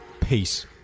Peace